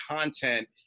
content